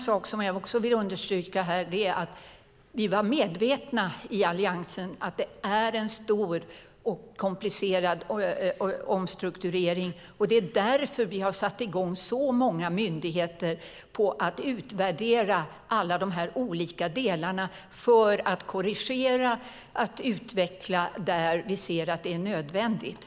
Jag vill också understryka att vi i Alliansen var medvetna om att det var en stor och komplicerad omstrukturering. Det är därför vi har satt i gång så många myndigheter när det gäller att utvärdera alla de här olika delarna, detta för att korrigera och utveckla där vi ser att det är nödvändigt.